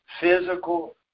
physical